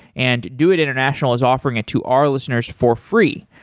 and doit international is offering it to our listeners for free.